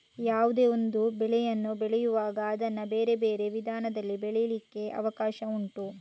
ಯಾವುದೇ ಒಂದು ಬೆಳೆಯನ್ನು ಬೆಳೆಯುವಾಗ ಅದನ್ನ ಬೇರೆ ಬೇರೆ ವಿಧಾನದಲ್ಲಿ ಬೆಳೀಲಿಕ್ಕೆ ಅವಕಾಶ ಉಂಟು